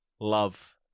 love